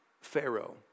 Pharaoh